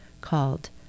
called